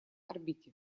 орбите